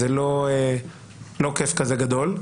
זה לא כיף כזה גדול.